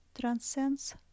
transcends